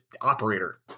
operator